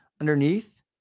Underneath